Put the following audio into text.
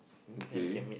okay